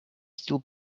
still